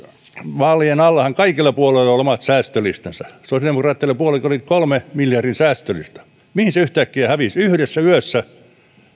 vaalien allahan kaikilla puolueilla oli omat säästölistansa sosiaalidemokraattisella puolueellakin oli kolmen miljardin säästölista mihin se yhtäkkiä hävisi yhdessä yössä